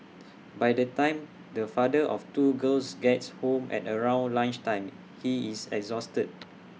by the time the father of two girls gets home at around lunch time he is exhausted